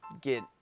get